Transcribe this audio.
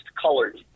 colored